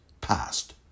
passed